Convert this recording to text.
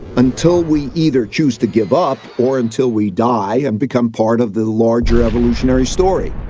until we either choose to give up, or until we die and become part of the larger evolutionary story.